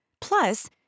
Plus